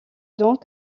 donc